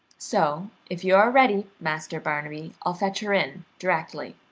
so, if you are ready, master barnaby, i'll fetch her in directly.